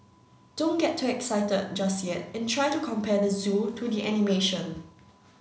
don't get too excited just yet and try to compare the zoo to the animation